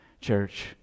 church